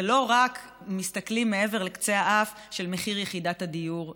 ולא מסתכלים רק מעבר לקצה האף של מחיר יחידת הדיור מקרוב.